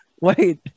Wait